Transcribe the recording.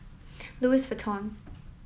Louis Vuitton